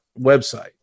website